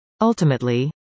Ultimately